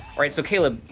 alright, so caleb,